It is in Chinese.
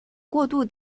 过渡